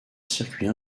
circuit